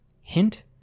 hint